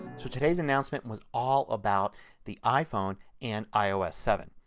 so today's announcement was all about the iphone and ios seven.